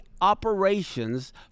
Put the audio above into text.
operations